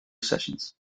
sessions